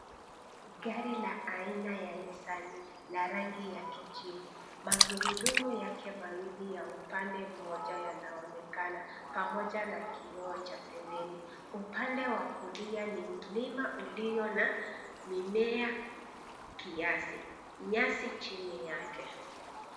Gari la aina ya Nisani la rangi ya kijivu. Magurudumu yake mawili ya upande mmoja yanaonekana, pamoja na kioo cha pembeni. Upande wa kulia ni mlima ulio na mimea kiasi, nyasi chini yake.